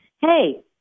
hey